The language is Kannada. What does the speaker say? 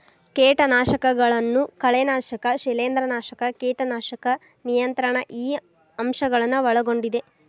ಕೇಟನಾಶಕಗಳನ್ನು ಕಳೆನಾಶಕ ಶಿಲೇಂಧ್ರನಾಶಕ ಕೇಟನಾಶಕ ನಿಯಂತ್ರಣ ಈ ಅಂಶ ಗಳನ್ನು ಒಳಗೊಂಡಿದೆ